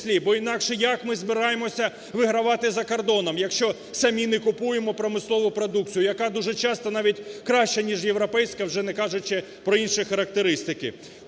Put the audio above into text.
Бо інакше як ми збираємося вигравати за кордоном, якщо самі не купуємо промислову продукцію, яка дуже часто навіть краща ніж європейська, вже не кажучи про інші характеристики.